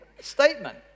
statement